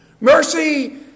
Mercy